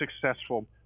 successful